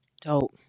Dope